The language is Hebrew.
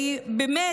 והיא באמת